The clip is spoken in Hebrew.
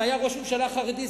אם היה ראש ממשלה חרדי,